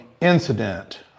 incident